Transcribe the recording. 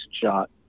shot